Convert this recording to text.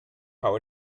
how